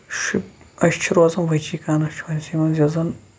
شُپ أسۍ چھِ روزان ؤجی کانسچُونسی منٛز یۄس زن